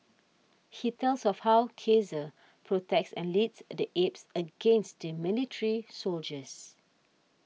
he tells of how Caesar protects and leads the apes against the military soldiers